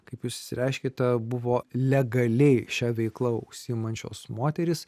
kaip jūs išsireiškėte buvo legaliai šia veikla užsiimančios moterys